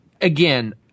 Again